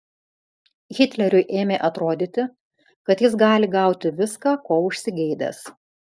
hitleriui ėmė atrodyti kad jis gali gauti viską ko užsigeidęs